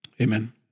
Amen